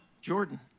Jordan